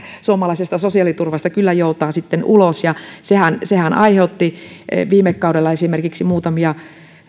suomalaisesta sosiaaliturvasta kyllä joutaa sitten ulos sehän sehän aiheutti esimerkiksi viime kaudella muutamia